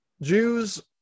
Jews